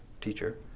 teacher